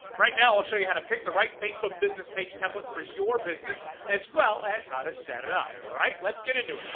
right now, i'll show you how to pick the right facebook business page template for your business, as well as how to set it up, all right? let's get into